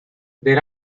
there